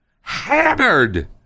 hammered